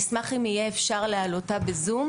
נשמח אם יהיה אפשר להעלות אותה בזום,